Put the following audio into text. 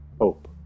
Hope